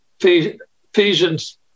Ephesians